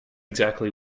exactly